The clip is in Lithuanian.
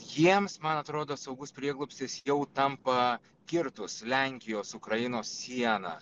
jiems man atrodo saugus prieglobstis jau tampa kirtus lenkijos ukrainos sieną